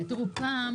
תראו, פעם